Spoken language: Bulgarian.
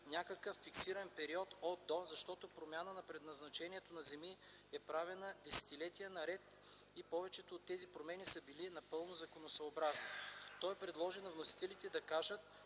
някакъв фиксиран период „от–до”, защото промяна на предназначението на земи е правена десетилетия наред и повечето от тези промени са били напълно законосъобразни. Той предложи на вносителите да кажат